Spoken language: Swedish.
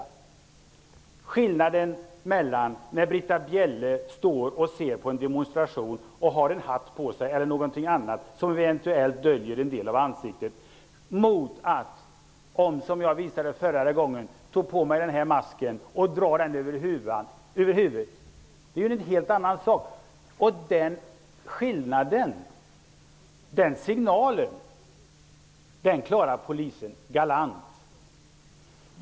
Det är ju stor skillnad mellan att Britta Bjelle står och ser på en demonstration och har en hatt eller någonting annat på sig, som eventuellt döljer en del av ansiktet, och att någon sätter på sig en sådan mask som jag visade förut. Den signal som jag vill att riksdagen skall ge klarar Polisen galant.